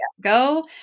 go